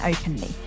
openly